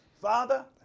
Father